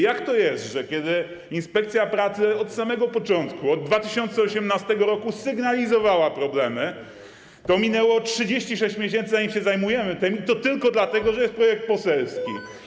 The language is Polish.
Jak to jest, że inspekcja pracy od samego początku, od 2018 r. sygnalizowała problemy, a minęło 36 miesięcy, zanim się tym zajęliśmy, i to tylko dlatego, że jest to projekt poselski?